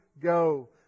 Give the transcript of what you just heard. go